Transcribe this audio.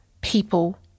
people